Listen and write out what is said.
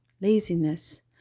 Laziness